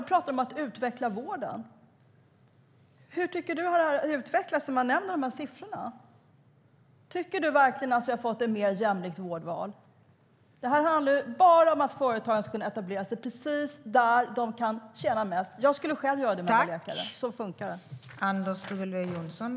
Du talar om att utveckla vården. Hur tycker du att det här har utvecklats när du hör de här siffrorna? Tycker du verkligen att vi har fått ett mer jämlikt vårdval?